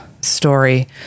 story